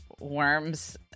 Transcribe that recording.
worms